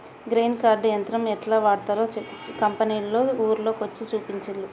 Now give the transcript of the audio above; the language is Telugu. గ్రెయిన్ కార్ట్ యంత్రం యెట్లా వాడ్తరో కంపెనోళ్లు ఊర్ల కొచ్చి చూపించిన్లు